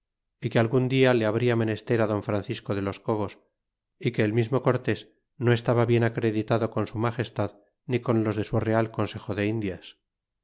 y que algun dia le habria menester al don francisco de los cobos y que el mismo cortés no estaba bien acreditado con su magestad ni con los de su real consejo de indias